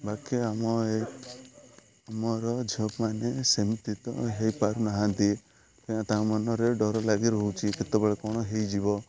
ବାକି ଆମ ଏ ଆମର ଝିଅମାନେ ସେମିତି ତ ହୋଇପାରୁନାହାନ୍ତି ତାଙ୍କ ମନରେ ଡ଼ର ଲାଗି ରହୁଚି କେତେବେଳେ କ'ଣ ହୋଇଯିବ